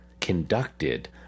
conducted